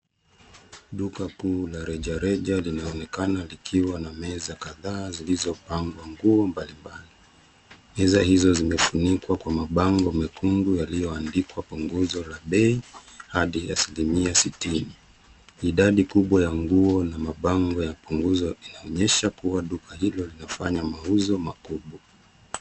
Duka kuu la rejareja linaonekana likiwa na meza kadhaa zilizopangwa nguo mbali mbali. Meza hizo zimefunikwa kwa mabango mekundu yaliyoandikwa kwa nguzo la bei hadi asilimia sitini. Idadi kubwa ya nguo na mabango ya punguzo inaonyesha kuwa duka hilo linafanya mauzo makubwa.